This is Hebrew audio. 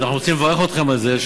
ואנחנו רוצים לברך אתכם על זה,